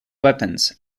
weapons